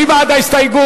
מי בעד ההסתייגות?